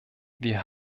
wir